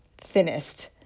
thinnest